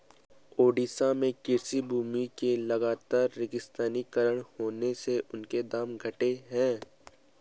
ओडिशा में कृषि भूमि के लगातर रेगिस्तानीकरण होने से उनके दाम घटे हैं